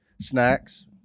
snacks